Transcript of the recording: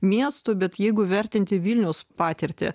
miestų bet jeigu vertinti vilniaus patirtį